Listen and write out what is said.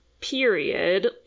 period